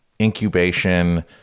incubation